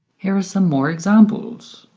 here are some more examples